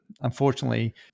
unfortunately